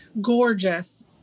gorgeous